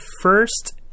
first